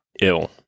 ill